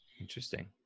Interesting